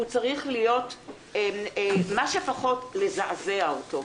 וצריך כמה שפחות לזעזע אותו.